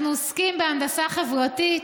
אנחנו עוסקים בהנדסה חברתית,